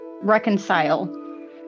reconcile